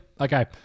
Okay